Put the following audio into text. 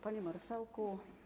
Panie Marszałku!